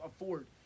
afford